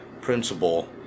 principle